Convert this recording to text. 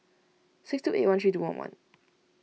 six two eight one three two one one